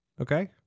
Okay